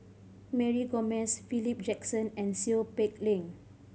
Mary Gomes Philip Jackson and Seow Peck Leng